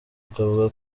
ukavuga